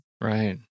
Right